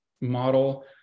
model